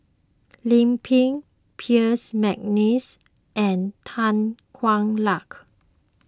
Lim Pin Percy McNeice and Tan Hwa Luck